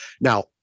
Now